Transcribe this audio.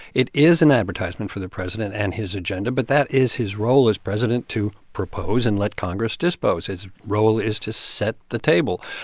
it is an advertisement for the president and his agenda. but that is his role as president to propose and let congress dispose. his role is to set the table.